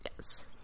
Yes